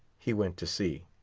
he went to see.